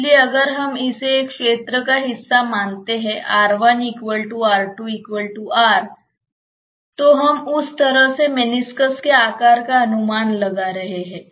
इसलिए अगर हम इसे क्षेत्र का एक हिस्सा मानते हैं तो हम उस तरह से मेनिस्कस के आकार का अनुमान लगा रहे हैं